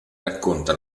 racconta